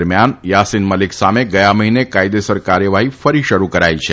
દરમિયાન યાસિન મલિક સામે ગયા મહિને કાયદેસર કાર્યવાહી ફરી શરૂ કરાઈ છે